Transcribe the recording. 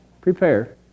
Prepare